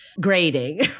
grading